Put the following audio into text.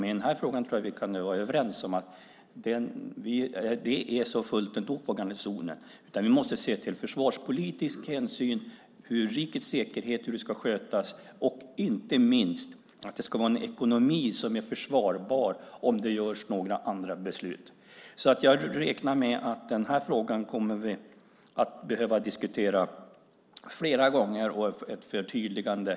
Men i den här frågan tror jag att vi kan vara överens om att det är så fullt ändå på garnisonen. Vi måste ta försvarspolitisk hänsyn och se till hur rikets säkerhet ska skötas. Inte minst ska det vara en ekonomi som är försvarbar om det tas några andra beslut. Jag räknar med att vi kommer att behöva diskutera den här frågan flera gånger och få ett förtydligande.